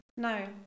No